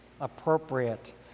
appropriate